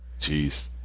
Jeez